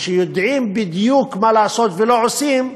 וכשיודעים בדיוק מה לעשות ולא עושים,